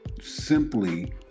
simply